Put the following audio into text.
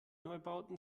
neubauten